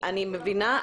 אני מבינה,